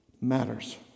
matters